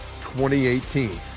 2018